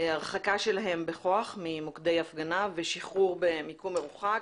הרחקה שלהם בכוח ממוקדי הפגנה ושחרור במיקום מרוחק